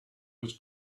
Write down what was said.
was